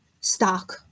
stock